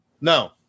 No